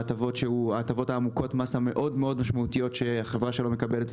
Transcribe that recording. ההטבות העמוקות במס המאוד מאוד משמעותיות שהחברה שלו מקבלת,